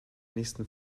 nächsten